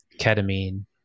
ketamine